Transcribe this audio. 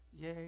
Yay